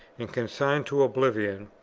and consign to oblivion,